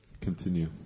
Continue